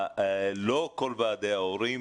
לא כל ועדי ההורים,